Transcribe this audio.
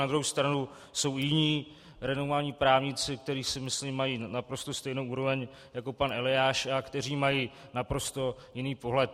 Na druhou stranu jsou jiní renomovaní právníci, kteří si myslím, mají naprosto stejnou úroveň jako pan Eliáš a kteří mají naprosto jiný pohled.